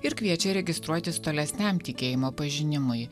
ir kviečia registruotis tolesniam tikėjimo pažinimui